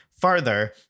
farther